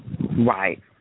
Right